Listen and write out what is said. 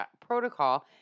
protocol